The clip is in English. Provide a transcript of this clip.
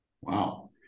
Wow